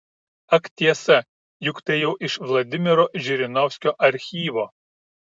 ak tiesa juk tai jau iš vladimiro žirinovskio archyvo